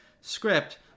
script